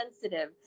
sensitive